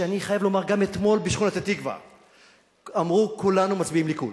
שאני חייב לומר: גם אתמול בשכונת-התקווה אמרו: כולנו מצביעים ליכוד,